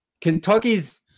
Kentucky's